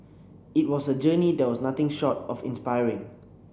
it was a journey that was nothing short of inspiring